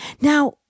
Now